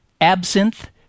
absinthe